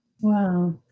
Wow